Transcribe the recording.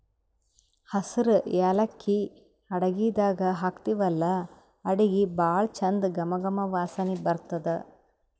ಹಸ್ರ್ ಯಾಲಕ್ಕಿ ಅಡಗಿದಾಗ್ ಹಾಕ್ತಿವಲ್ಲಾ ಅಡಗಿ ಭಾಳ್ ಚಂದ್ ಘಮ ಘಮ ವಾಸನಿ ಬರ್ತದ್